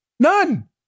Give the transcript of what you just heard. None